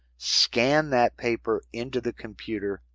scan that paper into the computer.